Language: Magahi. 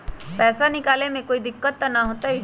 पैसा निकाले में कोई दिक्कत त न होतई?